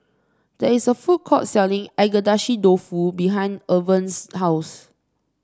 there is a food court selling Agedashi Dofu behind Irven's house